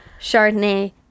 Chardonnay